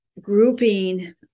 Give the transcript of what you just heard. grouping